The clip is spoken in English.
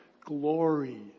Glory